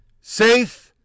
safe